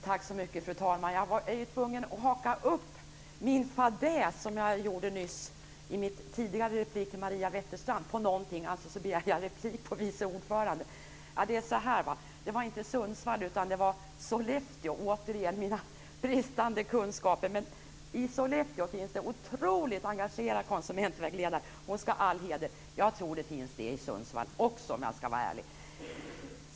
Fru talman! Jag är tvungen att haka upp den fadäs som jag gjorde mig skyldig till i min replik till Maria Wetterstrand på någonting. Alltså begärde jag replik på vice ordföranden. Det var inte Sundsvall utan Sollefteå. Det var återigen mina kunskaper som brast. I Sollefteå finns det en otroligt engagerad konsumentvägledare. Hon ska ha all heder. Jag tror det finns i Sundsvall också, om jag ska vara ärlig.